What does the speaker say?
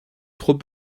trop